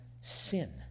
sin